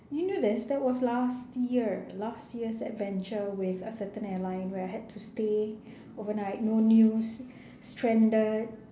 you know there's that was last year last year's adventure with a certain airline where I had to stay overnight no news stranded